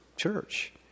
church